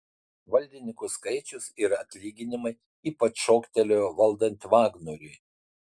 valdininkų skaičius ir atlyginimai ypač šoktelėjo valdant vagnoriui